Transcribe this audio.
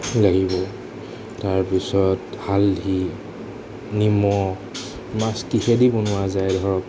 লাগিব তাৰপিছত হালধি নিমখ মাছ কিহেদি বনোৱা যায় ধৰক